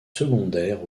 secondaires